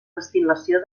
destil·lació